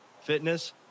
fitness